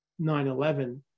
9-11